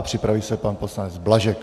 Připraví se pan poslanec Blažek.